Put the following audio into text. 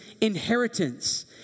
inheritance